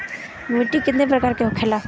मिट्टी कितना प्रकार के होखेला?